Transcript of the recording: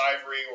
Ivory